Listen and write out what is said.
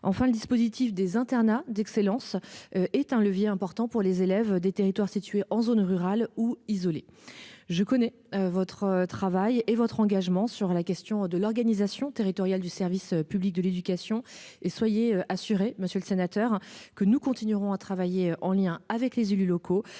Enfin, le dispositif des internats d'excellence. Est un levier important pour les élèves des territoires situés en zones rurales ou isolées. Je connais votre travail et votre engagement sur la question de l'organisation territoriale du service public de l'éducation, et soyez assuré monsieur le sénateur que nous continuerons à travailler en lien avec les élus locaux